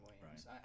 Williams